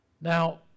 Now